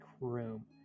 room